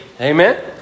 Amen